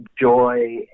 joy